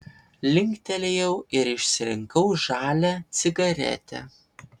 linktelėjau ir išsirinkau žalią cigaretę